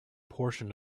portion